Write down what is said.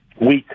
weak